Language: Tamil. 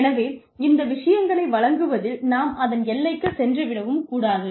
எனவே இந்த விஷயங்களை வழங்குவதில் நாம் அதன் எல்லைக்குச் சென்று விடவும் கூடாது